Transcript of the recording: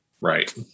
right